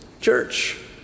church